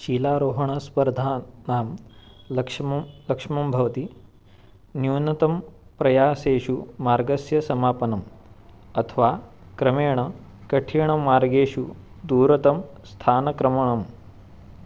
शिलारोहणस्पर्धानाम् लक्ष्यम् लक्ष्यम् भवति न्यूनतमप्रयासेषु मार्गस्य समापनम् अथवा क्रमेण कठिनतरमार्गेषु दूरतमं स्थानक्रमणम्